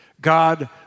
God